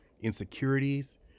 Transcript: insecurities